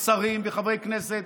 שרים וחברי כנסת,